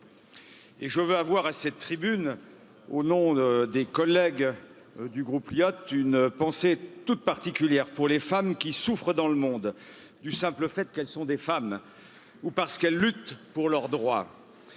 et je veux avoir à cette tribune au nom des collègues du groupe Iot une pensée toute particulière pour les femmes qui souffrent dans le monde du simple fait qu'elles sont des femmes ou parce qu'elles luttent pour leurs droits.